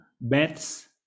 beds